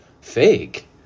fake